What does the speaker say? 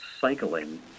cycling